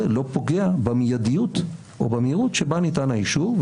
לא פוגע במיידיות או במהירות שבה ניתן האישור,